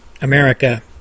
America